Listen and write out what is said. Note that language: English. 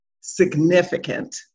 significant